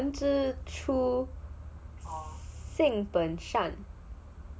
人之初性本善